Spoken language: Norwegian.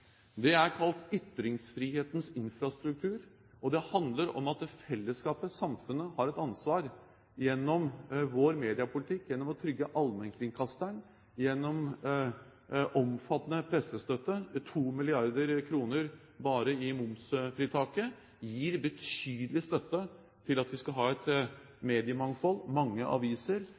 Det er kalt ytringsfrihetens infrastruktur, og det handler om at fellesskapet, samfunnet, har et ansvar gjennom vår mediepolitikk, gjennom å trygge allmennkringkasteren, gjennom omfattende pressestøtte – 2 mrd. kr bare i momsfritaket gir betydelig støtte til at vi skal ha et mediemangfold, mange aviser.